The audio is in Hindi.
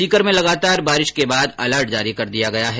सीकर में लगातार बारिश के बाद अलर्ट जारी कर दिया है